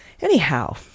Anyhow